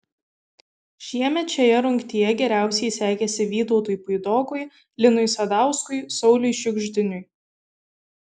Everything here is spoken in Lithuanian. šiemet šioje rungtyje geriausiai sekėsi vytautui puidokui linui sadauskui sauliui šiugždiniui